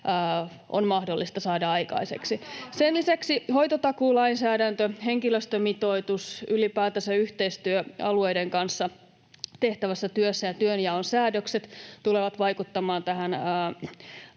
on mahdollista saada aikaiseksi. [Krista Kiurun välihuuto] Sen lisäksi hoitotakuulainsäädäntö, henkilöstömitoitus ylipäätänsä, yhteistyö alueiden kanssa tehtävässä työssä ja työnjaon säädökset tulevat vaikuttamaan tähän